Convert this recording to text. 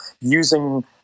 using